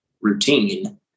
routine